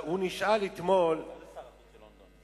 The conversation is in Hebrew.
מה זה שר החוץ של לונדון?